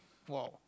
!wow!